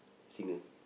singer